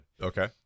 Okay